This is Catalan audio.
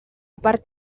part